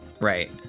Right